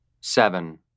seven